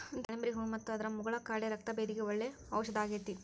ದಾಳಿಂಬ್ರಿ ಹೂ ಮತ್ತು ಅದರ ಮುಗುಳ ಕಾಡೆ ರಕ್ತಭೇದಿಗೆ ಒಳ್ಳೆ ಔಷದಾಗೇತಿ